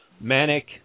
Manic